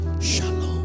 shalom